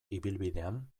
ibilbidean